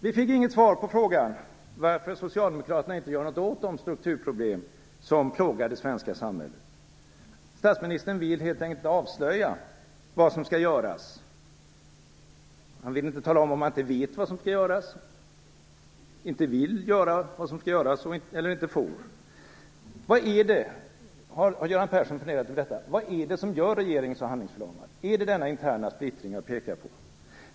Vi fick inget svar på frågan varför socialdemokraterna inte gör något åt de strukturproblem som plågar det svenska samhället. Statsministern vill helt enkelt inte avslöja vad som skall göras. Han vill inte tala om att han inte vet vad som skall göras, inte vill göra eller inte får. Vad är det - har Göran Persson funderat över detta? - som gör regeringen så handlingsförlamad? Är det den interna splittring som jag pekade på?